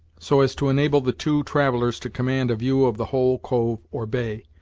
so as to enable the two travellers to command a view of the whole cove or bay,